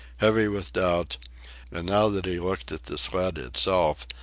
heavy with doubt and now that he looked at the sled itself,